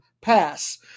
Pass